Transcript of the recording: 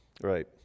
right